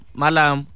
malam